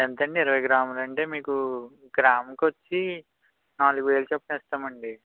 ఎంత అండి ఇరవై గ్రాములు అంటే మీకు గ్రాముకు వచ్చి నాలుగు వేల చొప్పున ఇస్తాం అండి